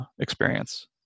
experience